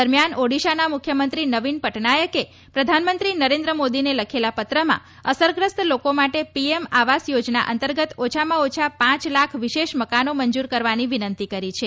દરમ્યાન ઓડિશાના મુખ્યમંત્રી નવિન પટનાયકે પ્રધાનમંત્રી નરેન્દ્ર મોદીને લખેલા પત્રમાં અસરગ્રસ્ત લોકો માટે પીએમ આવાસ યોજના અંતર્ગત ઓછામાં ઓછા પ લાખ વિશેષ મકાનો મંજૂર કરવાની વિનંતી કરી છે